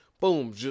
Boom